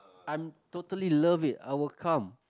I'm totally love it I'll come